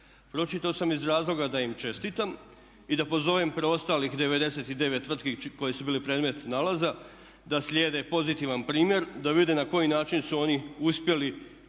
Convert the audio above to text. Pročitao sam iz razloga da im čestitam i da pozovem preostalih 99 tvrtki koje su bile predmet nalaza da slijede pozitivan primjer da vide na koji način su oni uspjeli